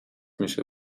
میشه